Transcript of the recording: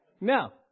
Now